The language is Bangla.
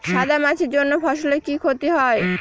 সাদা মাছির জন্য ফসলের কি ক্ষতি হয়?